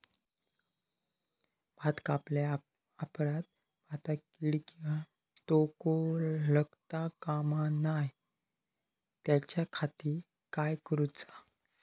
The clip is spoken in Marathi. भात कापल्या ऑप्रात भाताक कीड किंवा तोको लगता काम नाय त्याच्या खाती काय करुचा?